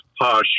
posh